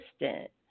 assistant